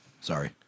Sorry